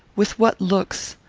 with what looks!